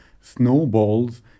snowballs